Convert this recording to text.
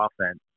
offense